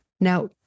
Now